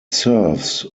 serves